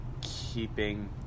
keeping